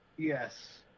Yes